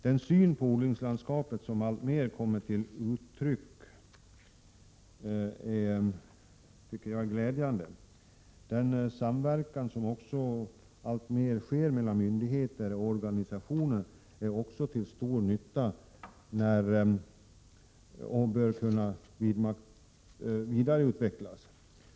Den syn på odlingslandskapet som alltmer kommer till uttryck tycker jag är glädjande. Den samverkan som också alltmer sker mellan myndigheter och organisationer är till stor nytta och bör kunna vidareutvecklas.